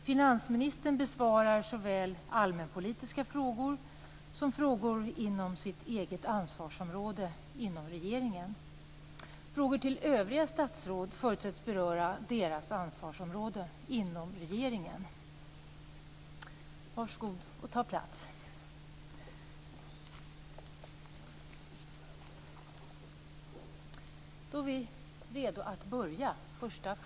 Finansministern besvarar såväl allmänpolitiska frågor som frågor inom sitt eget ansvarsområde inom regeringen. Frågor till övriga statsråd förutsätts beröra deras ansvarsområden inom regeringen. Varsågoda att ta plats.